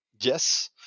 yes